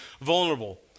vulnerable